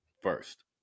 First